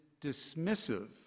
dismissive